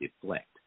deflect